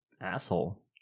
asshole